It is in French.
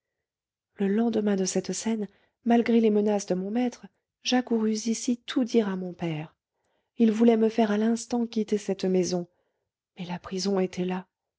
le lendemain de cette scène malgré les menaces de mon maître j'accourus ici tout dire à mon père il voulait me faire à l'instant quitter cette maison mais la prison était là